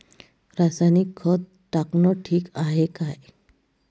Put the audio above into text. रासायनिक खत टाकनं ठीक हाये का?